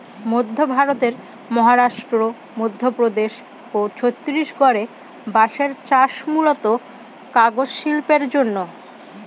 মধ্য ভারতের মহারাষ্ট্র, মধ্যপ্রদেশ ও ছত্তিশগড়ে বাঁশের চাষ হয় মূলতঃ কাগজ শিল্পের জন্যে